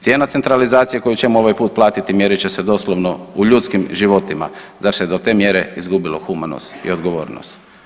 Cijena centralizacije koju ćemo ovaj put platiti mjerit će se doslovno u ljudskim životima, zar se do te mjere izgubilo humanost i odgovornost?